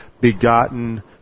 begotten